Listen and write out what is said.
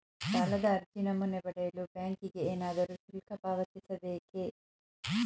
ಸಾಲದ ಅರ್ಜಿ ನಮೂನೆ ಪಡೆಯಲು ಬ್ಯಾಂಕಿಗೆ ಏನಾದರೂ ಶುಲ್ಕ ಪಾವತಿಸಬೇಕೇ?